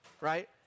right